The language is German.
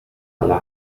aller